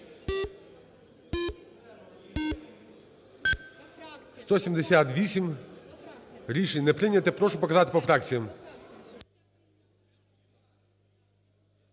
За-178 Рішення не прийнято. Прошу показати по фракціям.